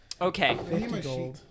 Okay